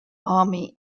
army